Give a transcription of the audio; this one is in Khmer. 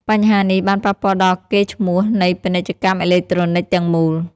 បញ្ហានេះបានប៉ះពាល់ដល់កេរ្តិ៍ឈ្មោះនៃពាណិជ្ជកម្មអេឡិចត្រូនិកទាំងមូល។